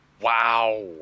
Wow